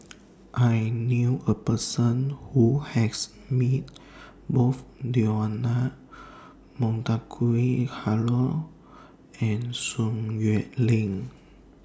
I knew A Person Who has Met Both Leonard Montague Harrod and Sun Xueling